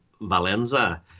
Valenza